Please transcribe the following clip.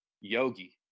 yogi